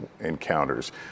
encounters